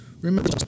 Remember